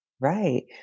Right